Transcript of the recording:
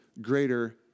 greater